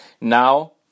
now